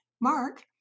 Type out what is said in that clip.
Mark